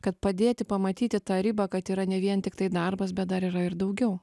kad padėti pamatyti tą ribą kad yra ne vien tiktai darbas bet dar yra ir daugiau